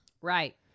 Right